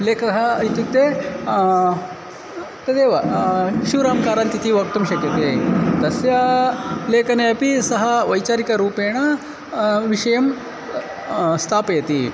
लेखकः इत्युक्ते तदेव शिवराम कारन्त् इति वक्तुं शक्यते तस्य लेखने अपि सः वैचारिकरूपेण विषयं स्थापयति